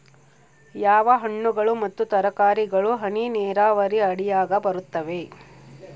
ಯಾವ ಹಣ್ಣುಗಳು ಮತ್ತು ತರಕಾರಿಗಳು ಹನಿ ನೇರಾವರಿ ಅಡಿಯಾಗ ಬರುತ್ತವೆ?